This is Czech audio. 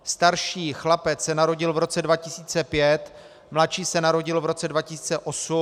Starší chlapec se narodil v roce 2005, mladší se narodil v roce 2008.